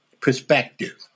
perspective